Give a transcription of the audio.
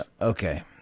Okay